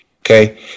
okay